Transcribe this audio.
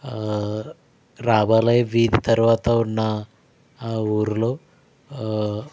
ఆ రామాలయం వీధి తర్వాత ఉన్న ఆ ఊరిలో